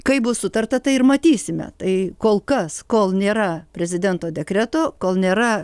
kai bus sutarta tai ir matysime tai kol kas kol nėra prezidento dekreto kol nėra